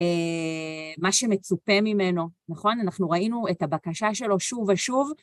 מה שמצופה ממנו, נכון? אנחנו ראינו את הבקשה שלו ושוב.